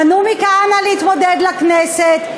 מנעו מכהנא להתמודד לכנסת,